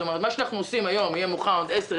מה שאנחנו עושים היום יהיה מוכן עוד 10,